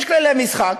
יש כללי משחק,